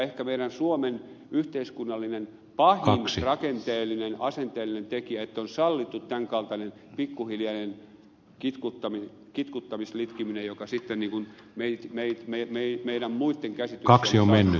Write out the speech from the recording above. ehkä meillä suomessa pahin rakenteellinen asenteellinen yhteiskunnallinen tekijä on että on sallittu tämänkaltainen pikkuhiljainen kitkuttamislitkiminen joka sitten meidän muitten ja kaksi omien